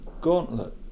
Gauntlet